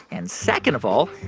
and second of all,